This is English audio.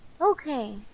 Okay